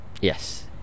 Yes